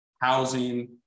housing